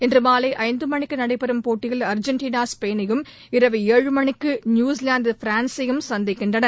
இன்றுமாலை ஐந்து மணிக்கு நடைபெறும் போட்டியில் அர்ஜெண்டினா ஸ்பெயினையும் இரவு ஏழு மணிக்கு நியூசிலாந்து பிரான்சையும் சந்திக்கின்றன